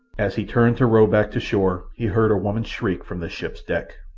as he turned to row back to shore he heard a woman's shriek from the ship's deck.